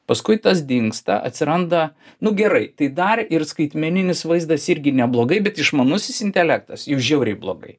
paskui tas dingsta atsiranda nu gerai tai dar ir skaitmeninis vaizdas irgi neblogai bet išmanusis intelektas jau žiauriai blogai